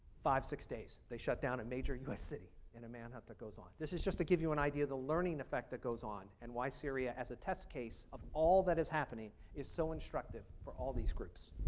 five, six days they shut down a major us city and a manhunt that goes on. this is just to give you an idea the learning affect the goes on and why syria is a test case of all that is happening is so instructive for all these groups.